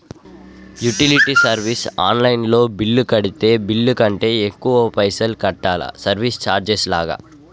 Utility service online లో bill కడితే bill కంటే ఎక్కువ పైసల్ కట్టాలా సర్వీస్ చార్జెస్ లాగా?